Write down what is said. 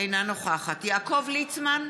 אינה נוכחת יעקב ליצמן,